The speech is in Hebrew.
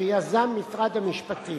שיזם משרד המשפטים.